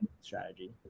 strategy